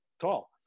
tall